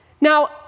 Now